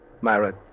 Myra